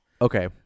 okay